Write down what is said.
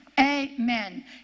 Amen